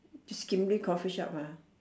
coffee shop ha